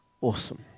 Awesome